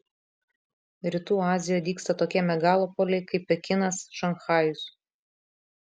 rytų azijoje dygsta tokie megalopoliai kaip pekinas šanchajus